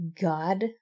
God